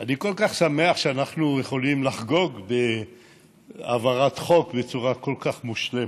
אני כל כך שמח שאנחנו יכולים לחגוג העברת חוק בצורה כל כך מושלמת,